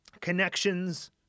connections